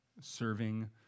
serving